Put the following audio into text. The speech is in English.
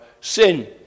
sin